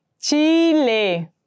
Chile